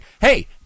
hey